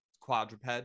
Quadruped